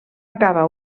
acaba